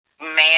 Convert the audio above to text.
man